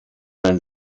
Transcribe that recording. man